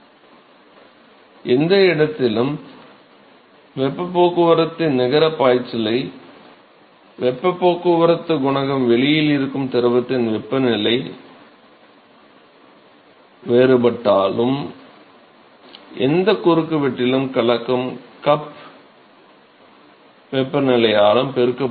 அதனால் எந்த இடத்திலும் வெப்பப் போக்குவரத்தின் நிகரப் பாய்ச்சலை வெப்பப் போக்குவரத்துக் குணகம் வெளியில் இருக்கும் திரவத்தின் வெப்பநிலை வேறுபாட்டாலும் எந்த குறுக்குவெட்டிலும் கலக்கும் கப் வெப்பநிலையாலும் பெருக்கப்படும்